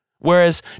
Whereas